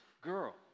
girl